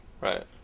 Right